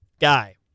guy